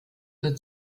wird